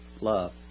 love